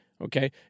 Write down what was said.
okay